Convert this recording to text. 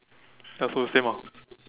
ya so the same ah